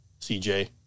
CJ